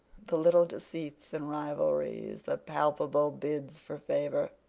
the little deceits and rivalries, the palpable bids for favor.